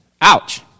Ouch